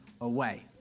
away